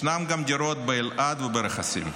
ישנן גם דירות באלעד וברכסים.